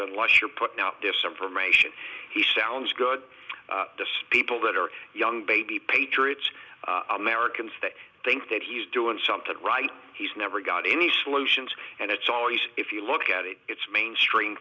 unless you're putting out this information he sounds good people that are young baby patriots americans that think that he's doing something right he's never got any solutions and it's always if you look at it it's mainstream